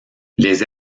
les